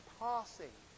passing